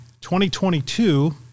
2022